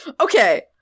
Okay